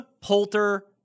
Poulter